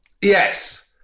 Yes